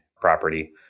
property